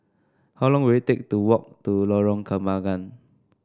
how long will it take to walk to Lorong Kembagan